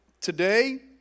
Today